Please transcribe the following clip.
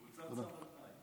תודה.